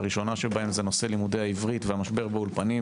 הראשונה בהן זה נושא לימודי העברית והמשבר באולפנים